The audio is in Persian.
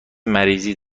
مریضی